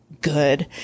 good